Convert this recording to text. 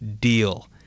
Deal